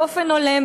באופן הולם,